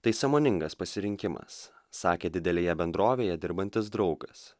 tai sąmoningas pasirinkimas sakė didelėje bendrovėje dirbantis draugas